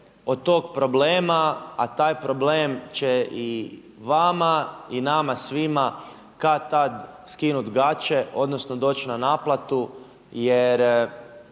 od tog problema, a taj problem će i vama i nama svima kad-tad skinut gače, odnosno doći na naplatu jer